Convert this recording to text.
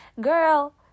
girl